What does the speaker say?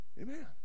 Amen